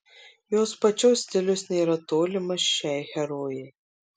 jos pačios stilius nėra tolimas šiai herojai